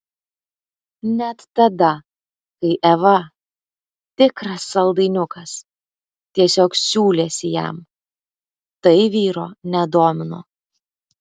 net tada kai eva tikras saldainiukas tiesiog siūlėsi jam tai vyro nedomino